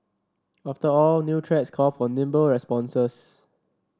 after all new threats call for nimble responses